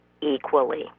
equally